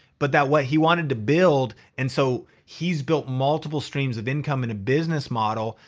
but that what he wanted to build, and so he's built multiple streams of income in a business model.